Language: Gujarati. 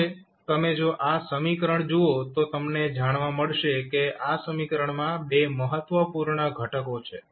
હવે તમે જો આ સમીકરણ જુઓ તો તમને જાણવા મળશે કે આ સમીકરણમાં 2 મહત્વપૂર્ણ ઘટકો છે